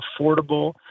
affordable